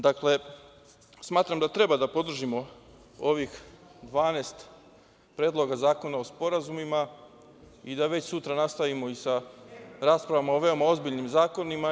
Dakle, smatram da treba da podržimo ovih 12 predloga zakona o sporazumima i da već sutra nastavimo i sa raspravama o veoma ozbiljnim zakonima.